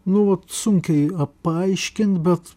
nu vat sunkiai paaiškint bet